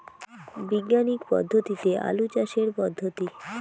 বিজ্ঞানিক পদ্ধতিতে আলু চাষের পদ্ধতি?